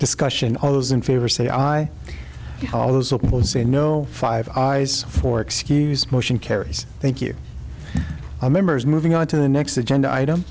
discussion all those in favor say aye say no five eyes for excuse motion carries thank you i members moving on to the next agenda item